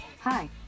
Hi